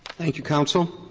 thank you, counsel.